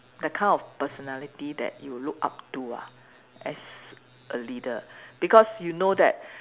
that kind of personality that you look up to ah as a leader because you know that